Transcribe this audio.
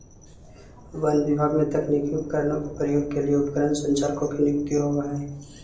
वन विभाग में तकनीकी उपकरणों के प्रयोग के लिए उपकरण संचालकों की नियुक्ति होवअ हई